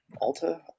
Alta